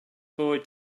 boy